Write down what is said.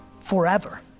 forever